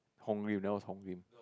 Hong Yun that was Hong Yun